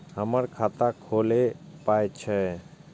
हमर खाता खौलैक पाय छै